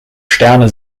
sterne